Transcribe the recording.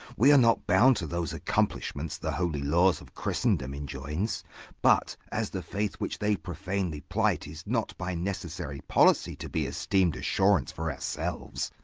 we are not bound to those accomplishments the holy laws of christendom enjoin but, as the faith which they profanely plight is not by necessary policy to be esteem'd assurance for ourselves,